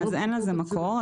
אז אין לזה מקור,